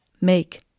make